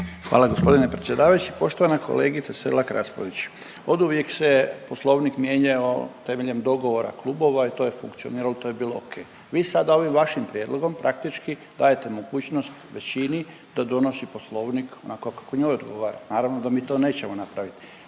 Hvala g. predsjedavajući. Poštovana kolegice Selak Raspudić, oduvijek se poslovnik mijenjao temeljem dogovora klubova i to je funkcioniralo i to je bilo okej. Vi sada ovim vašim prijedlogom praktički dajete mogućnost većini da donosi poslovnik onako kako njoj odgovara, naravno da mi to nećemo napravit,